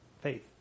faith